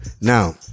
Now